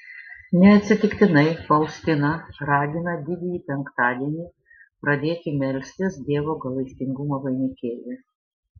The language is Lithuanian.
neatsitiktinai faustina ragina didįjį penktadienį pradėti melstis dievo gailestingumo vainikėlį